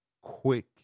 quick